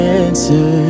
answer